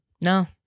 no